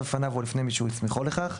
לפניו או לפני מי שהוא הסמיכו לכך.